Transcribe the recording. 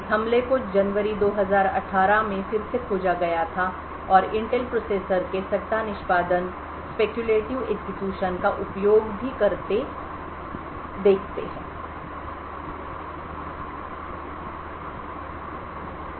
इस हमले को जनवरी 2018 में फिर से खोजा गया था और इंटेल प्रोसेसर के सट्टा निष्पादन का उपयोग भी करता देखते है